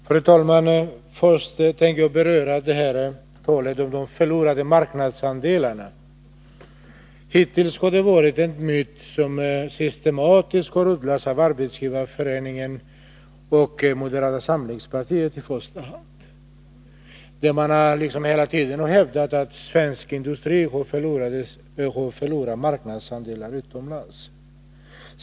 Fru talman! Först tänker jag beröra talet om de förlorade marknadsandelarna. Hittills har det varit en myt, som systematiskt har odlats av i första hand Arbetsgivareföreningen och moderata samlingspartiet, att svensk industri har förlorat marknadsandelar utomlands.